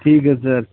ਠੀਕ ਹੈ ਸਰ